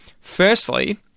Firstly